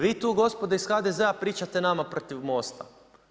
Vi tu gospodo iz HDZ-a pričate nama protiv MOST-a.